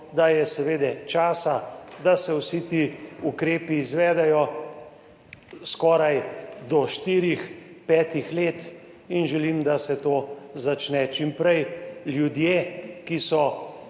da je seveda časa, da se vsi ti ukrepi izvedejo, skoraj štiri, pet let in želim, da se to začne čim prej. Ljudje, ki so